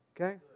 okay